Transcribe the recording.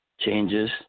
changes